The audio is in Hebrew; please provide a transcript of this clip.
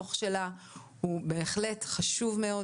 הדוח שלה הוא בהחלט חשוב מאוד.